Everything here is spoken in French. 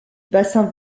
bassin